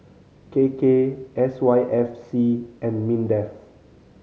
K K S Y F C and MINDEF